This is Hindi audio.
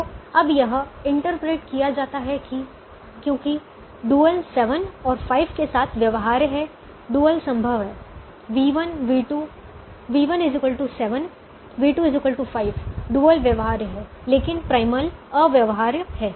तो अब यह इंटरप्रेट किया जाता है कि क्योंकि डुअल 7 और 5 के साथ व्यवहार्य है डुअल संभव है v1 v2 v1 7 v2 5 dual व्यवहार्य है लेकिन प्राइमल अव्यवहार्य है